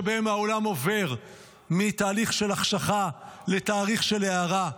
ימים שבהם העולם עובר מתהליך של החשכה לתהליך של הארה,